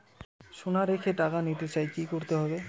সোনা রেখে টাকা নিতে চাই কি করতে হবে?